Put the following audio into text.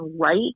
right